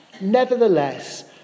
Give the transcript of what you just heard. Nevertheless